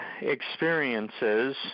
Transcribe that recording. experiences